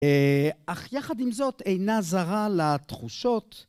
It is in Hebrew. אך יחד עם זאת אינה זרה לתחושות